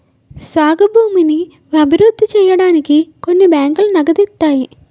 సాగు భూమిని అభివృద్ధి సేయడానికి కొన్ని బ్యాంకులు నగదిత్తాయి